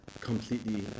completely